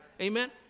Amen